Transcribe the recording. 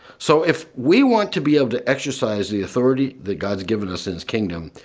so if we want to be able to exercise the authority that god given us in his kingdom,